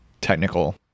technical